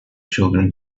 children